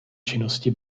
činnosti